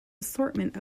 assortment